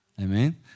Amen